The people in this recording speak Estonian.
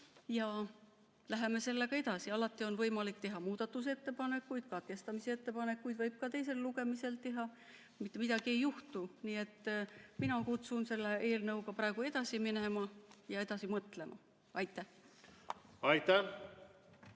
ja läheme sellega edasi, alati on võimalik teha muudatusettepanekuid. Katkestamisettepaneku võib ka teisel lugemisel teha, mitte midagi ei juhtu. Nii et mina kutsun üles selle eelnõuga praegu edasi minema ja edasi mõtlema. Aitäh! Aitäh!